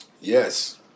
Yes